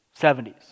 70s